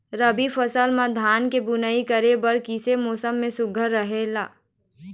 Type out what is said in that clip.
रबी फसल म धान के बुनई करे बर किसे मौसम सुघ्घर रहेल?